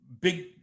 big